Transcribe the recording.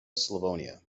slavonia